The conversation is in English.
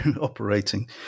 operating